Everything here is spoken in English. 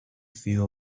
few